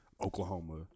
Oklahoma